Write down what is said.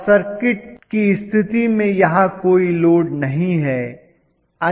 short circuit की स्थिति में यहां कोई लोड नहीं है